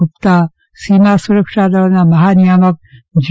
ગુપ્તા સીમા સુરક્ષા દળના મફા નિયામક જી